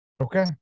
Okay